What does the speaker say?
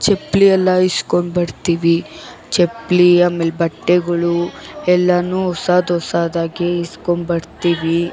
ಚಪ್ಪಲಿ ಎಲ್ಲಾ ಇಸ್ಕೊಂಡು ಬರ್ತೀವಿ ಚಪ್ಪಲಿ ಆಮೇಲೆ ಬಟ್ಟೆಗಳು ಎಲ್ಲವೂ ಹೊಸದ ಹೊಸದಾಗಿ ಇಸ್ಕೊಂಬರ್ತೀವಿ